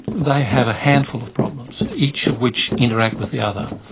they have a handful of problems, each of which interact with the other.